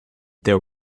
there